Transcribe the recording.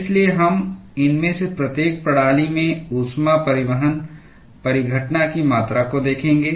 इसलिए हम इनमें से प्रत्येक प्रणाली में ऊष्मा परिवहन परिघटना की मात्रा को देखेंगे